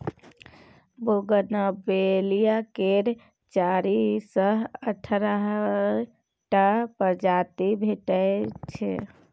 bougainvillea केर चारि सँ अठारह टा प्रजाति भेटै छै